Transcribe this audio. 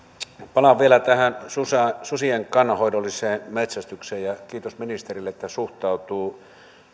palaan vielä tähän susien susien kannanhoidolliseen metsästykseen ja kiitos ministerille että suhtautuu